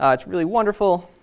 ah that's really wonderful.